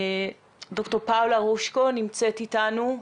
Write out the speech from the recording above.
ד"ר פאולה רושקו ממשרד הבריאות נמצאת א יתנו.